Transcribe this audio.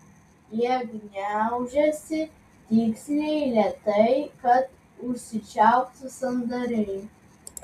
jie gniaužiasi tiksliai lėtai kad užsičiauptų sandariai